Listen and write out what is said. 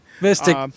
Mystic